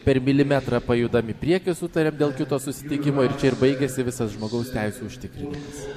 per milimetrą pajudam į priekį sutariam dėl kito susitikimo ir čia ir baigiasi visas žmogaus teisių užtikrinimas